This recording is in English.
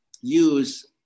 use